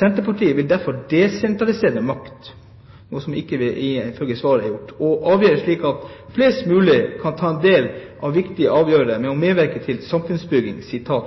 Senterpartiet vil derfor desentralisere makt» – noe som ifølge svaret ikke er gjort – «og avgjerder slik at flest mogeleg kan ta del i viktige avgjerder og medverke til samfunnsbygginga.»